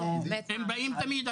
הם באים תמיד,